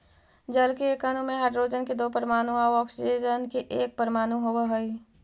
जल के एक अणु में हाइड्रोजन के दो परमाणु आउ ऑक्सीजन के एक परमाणु होवऽ हई